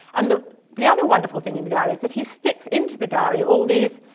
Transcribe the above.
and the the other wonderful thing in the diary is that he sticks into the diary all these